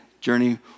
Journey